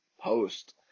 post